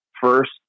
first